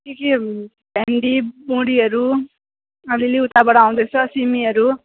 के के भिन्डी बोडीहरू अलिअलि उताबाट आउँदैछ सिमीहरू